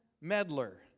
meddler